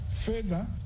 Further